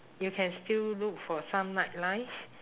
you can still look for some nightlife